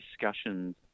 discussions